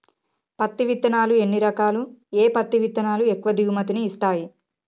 పత్తి విత్తనాలు ఎన్ని రకాలు, ఏ పత్తి విత్తనాలు ఎక్కువ దిగుమతి ని ఇస్తాయి?